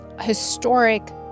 historic